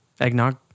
Eggnog